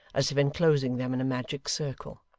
as if enclosing them in a magic circle,